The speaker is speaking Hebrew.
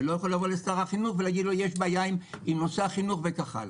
ולא יכול לבוא לשר החינוך ולהגיד לו: יש בעיה עם נושא החינוך וכך הלאה.